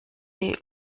die